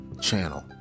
Channel